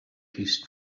his